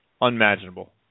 unimaginable